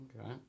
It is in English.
Okay